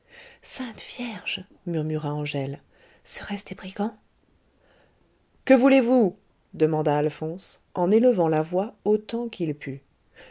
pied sainte-vierge murmura angèle serait-ce des brigands que voulez-vous demanda alphonse en élevant la voix autant qu'il put